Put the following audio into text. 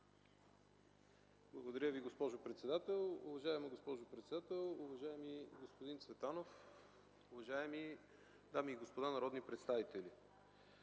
Благодаря Ви, господин председател. Уважаеми господин председател, уважаема госпожо министър, уважаеми дами и господа народни представители!